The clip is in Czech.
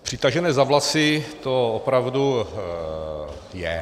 Přitažené za vlasy to opravdu je.